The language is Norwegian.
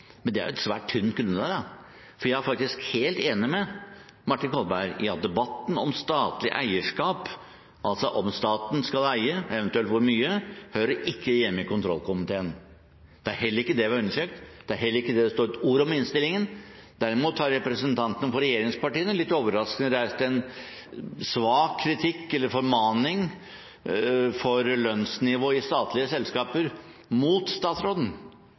Men det er et svært tynt grunnlag. Jeg er faktisk helt enig med Martin Kolberg i at debatten om statlig eierskap, altså om staten skal eie og eventuelt hvor mye, ikke hører hjemme i kontrollkomiteen. Det er heller ikke det vi har undersøkt, og det står heller ikke et ord om det i innstillingen. Derimot har representantene for regjeringspartiene litt overraskende reist en svak kritikk – eller formaning – for lønnsnivået i statlige selskaper mot statsråden.